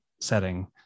setting